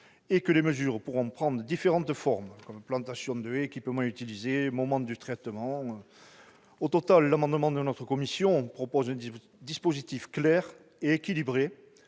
et que les mesures pourront prendre différentes formes : plantations de haies, équipements utilisés au moment du traitement ... Au final, l'amendement de notre commission prévoit un dispositif clair et équilibré